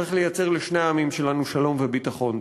צריך לייצר לשני העמים שלנו שלום וביטחון.